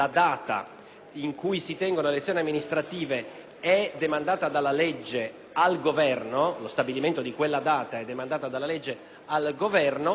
la legge non può imporre al Governo di